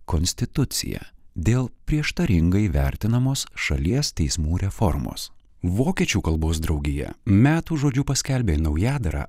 konstitucija dėl prieštaringai vertinamos šalies teismų reformos vokiečių kalbos draugija metų žodžiu paskelbė naujadarą